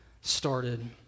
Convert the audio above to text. started